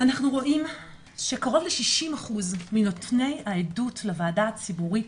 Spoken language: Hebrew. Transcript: אנחנו רואים שקרוב מ-60% מנותני העדות לוועדה הציבורית,